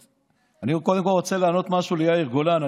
אני קודם כול רוצה לענות ליאיר גולן.